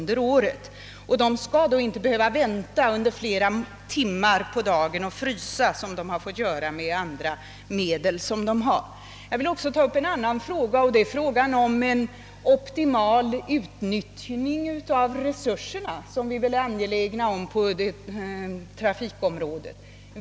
De skall inte behöva vänta och frysa under flera timmar, som man har fått göra med de kommunikationsmedel som hittills stått till deras förfogande. Jag vill också ta upp en annan fråga, nämligen om optimalt utnyttjande av resurserna, vilket vi är angelägna om när det gäller trafiken.